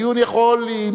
הדיון יכול להימשך,